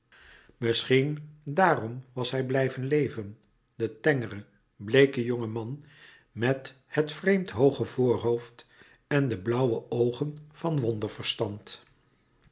misschien daarom was hij blijven leven de tengere bleeke jongen man met het vreemd hooge voorhoofd en de blauwe oogen van